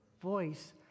Voice